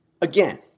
again